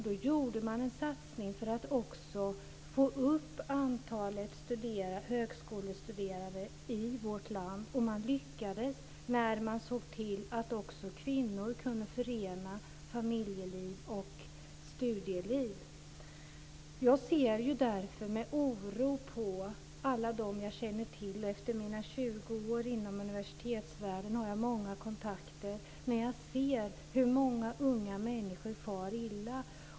Då gjorde man en satsning för att få upp antalet högskolestuderande i vårt land, och man lyckades när man såg till att också kvinnor kunde förena familjeliv och studieliv. Jag ser därför med oro på alla de jag känner till. Efter mina tjugo år inom universitetsvärlden har jag många kontakter. Jag ser hur många unga människor far illa.